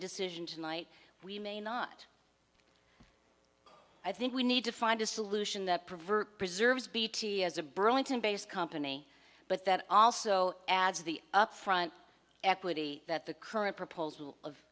decision tonight we may not i think we need to find a solution that pervert preserves bt as a burlington based company but that also adds the upfront equity that the current proposal of